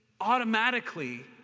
automatically